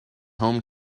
home